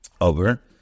over